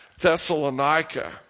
Thessalonica